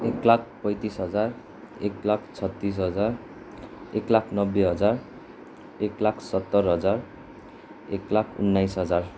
एक लाख पैँतिस हजार एक लाख छत्तिस हजार एक लाख नब्बे हजार एक लाख सत्तर हजार एक लाख उन्नाइस हजार